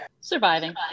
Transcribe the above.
Surviving